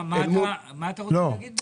מה אתה רוצה להגיד בזה?